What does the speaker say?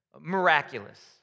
Miraculous